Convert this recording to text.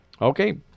Okay